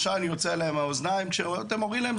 עשן יוצא להם מהאוזניים כשאתם אומרים להם,